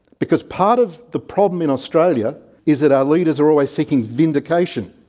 because part of the problem in australia is that our leaders are always seeking vindication.